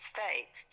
States